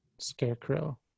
scarecrow